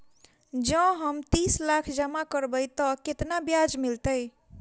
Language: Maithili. जँ हम तीस लाख जमा करबै तऽ केतना ब्याज मिलतै?